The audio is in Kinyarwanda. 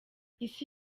isi